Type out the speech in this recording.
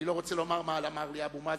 אני לא רוצה לומר מה אמר לי אבו מאזן,